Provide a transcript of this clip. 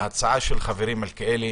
ההצעה של חברי מלכיאלי